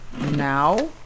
Now